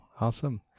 Awesome